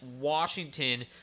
Washington